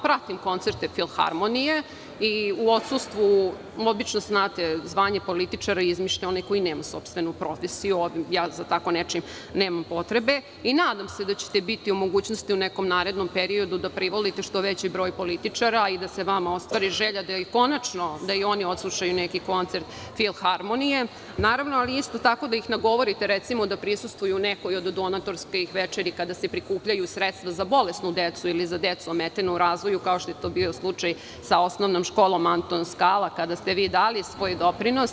Pratim koncerte Filharmonije i u odsustvu, obično znate, zvanje političara izmišlja onaj koji nema sopstvenu profesiju, a ja za tako nečim nemam potrebe i nadam se da ćete biti u mogućnosti u nekom narednom periodu da privolite što veći broj političara i da se vama ostvari želja da konačno i oni odslušaju neki koncert Filharmonije, ali isto tako da ih recimo nagovorite da prisustvuju nekoj od donatorskih večeri kada se prikupljaju sredstva za bolesnu decu ili za decu ometenu u razvoju, kao što je to bio slučaj sa osnovnom školom „Anton Skala“, kada ste vi dali svoj doprinos.